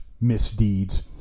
misdeeds